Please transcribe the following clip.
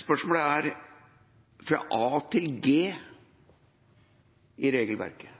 Spørsmålene går fra punkt A til G i regelverket